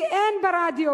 כי אין ברדיו,